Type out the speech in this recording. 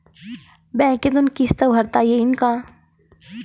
बँकेतून किस्त भरता येईन का?